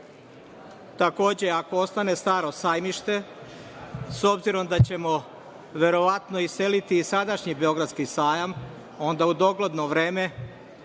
ako ostane „Staro Sajmište“, s obzirom da ćemo verovatno iseliti i sadašnji Beogradski Sajam, onda u dogledno vreme